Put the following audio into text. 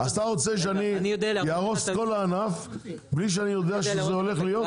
אז אתה רוצה שאני אהרוס את כל הענף בלי שאני יודע שזה הולך להיות?